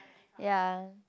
ya